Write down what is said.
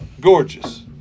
gorgeous